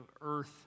earth